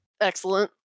Excellent